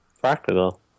Practical